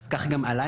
אז כך גם עליי,